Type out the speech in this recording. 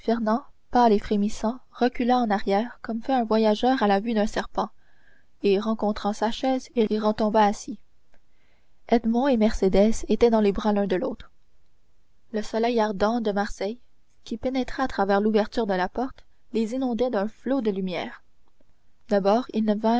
pâle et frémissant recula en arrière comme fait un voyageur à la vue d'un serpent et rencontrant sa chaise il y retomba assis edmond et mercédès étaient dans les bras l'un de l'autre le soleil ardent de marseille qui pénétrait à travers l'ouverture de la porte les inondait d'un flot de lumière d'abord ils ne